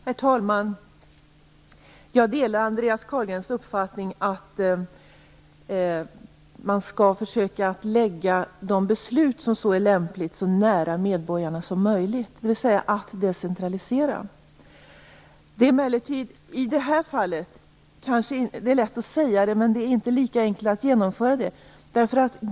Herr talman! Jag delar Andreas Carlgrens uppfattning att man skall försöka lägga de beslut där så är lämpligt så nära medborgarna som möjligt, dvs. att decentralisera. Det är emellertid i det här fallet kanske lätt att säga det men inte lika enkelt att genomföra det.